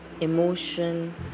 emotion